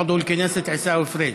עווד אל-כנסת עיסאווי פריג'.